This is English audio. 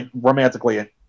romantically